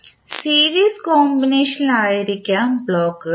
series കോമ്പിനേഷനിലായിരിക്കാം ബ്ലോക്കുകൾ ഇപ്പോൾ